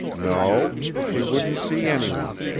no. she wouldn't see any one.